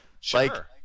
Sure